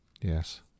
Yes